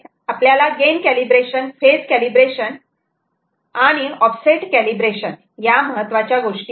इथे gain calibration phase calibration आणि offset calibration या महत्त्वाच्या गोष्टी आहेत